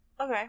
Okay